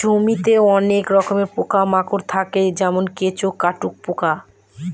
জমিতে অনেক রকমের পোকা মাকড় থাকে যেমন কেঁচো, কাটুই পোকা